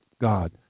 God